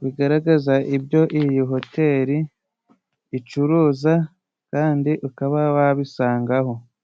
bigaragaza ibyo iyi hoteli icuruza kandi ukaba wabisangaho.